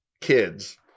kids